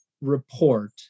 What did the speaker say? report